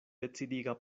decidiga